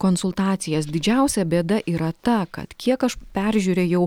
konsultacijas didžiausia bėda yra ta kad kiek aš peržiūrėjau